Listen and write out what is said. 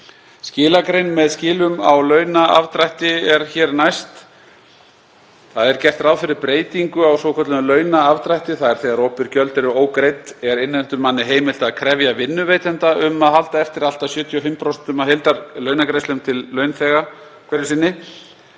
Skilagrein með skilum á launaafdrætti er hér næst. Það er gert ráð fyrir breytingu á svokölluðum launaafdrætti, þ.e. þegar opinber gjöld eru ógreidd er innheimtumanni heimilt að krefja vinnuveitanda um að halda eftir allt að 75% af heildarlaunagreiðslum til launþega hverju sinni.